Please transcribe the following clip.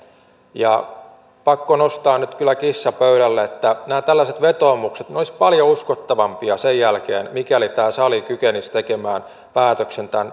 ja nyt on kyllä pakko nostaa kissa pöydälle että nämä tällaiset vetoomukset olisivat paljon uskottavampia sen jälkeen mikäli tämä sali kykenisi tekemään päätöksen